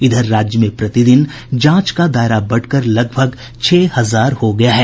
इधर राज्य में प्रतिदिन जांच का दायरा बढ़कर लगभग छह हजार हो गया है